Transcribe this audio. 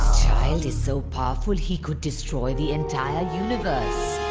child is so powerful he could destroy the entire universe.